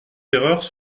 terreurs